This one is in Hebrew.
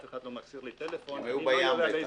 אף אחד לא מחזיר לי טלפון --- הם היו בים בטח.